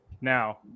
Now